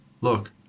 Look